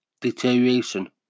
deterioration